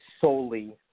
solely